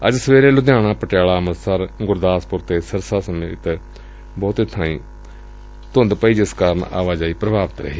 ਅੱਜ ਸਵੇਰੇ ਲੁਧਿਆਣਾ ਪਟਿਆਲਾ ਅੰਮੁਤਸਰ ਗੁਰਦਾਸਪੁਰ ਅਤੇ ਸਿਰਸਾ ਸਮੇਤ ਬਹੁਤ ਸਾਰੇ ਇਲਾਕਿਆਂ ਚ ਧੂੰਦ ਪਈ ਜਿਸ ਕਾਰਨ ਆਵਾਜਾਈ ਪ੍ਰਭਾਵਿਤ ਰਹੀ